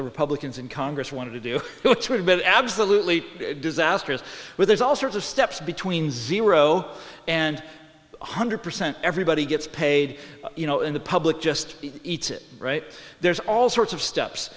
the republicans in congress want to do go to it but absolutely disastrous where there's all sorts of steps between zero and one hundred percent everybody gets paid you know in the public just eats it right there's all sorts of steps